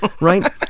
right